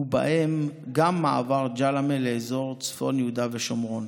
ובהם מעבר ג'למה לאזור צפון יהודה ושומרון.